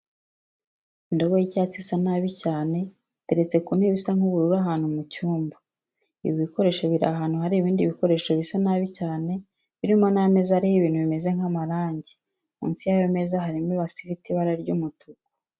Indobo y'icyatsi isa nabi cyane iteretse ku ntebe isa nk'ubururu ahantu mu cyumba. Ibi bikoresho biri ahantu hari ibindi bikoresho bisa nabi cyane birimo n'ameza ariho ibintu bimeze nk'amarangi, munsi y'ayo meza harimo ibase ifite ibara ry'umutuku.